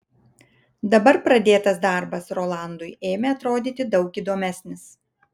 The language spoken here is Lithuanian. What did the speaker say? dabar pradėtas darbas rolandui ėmė atrodyti daug įdomesnis